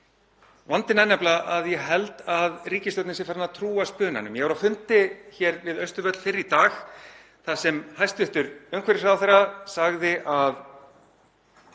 Vandinn er nefnilega að ég held að ríkisstjórnin sé farin að trúa spunanum. Ég var á fundi hér við Austurvöll fyrr í dag þar sem hæstv. umhverfisráðherra sagði að